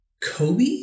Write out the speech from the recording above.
Kobe